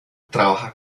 trabaja